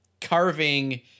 carving